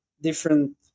different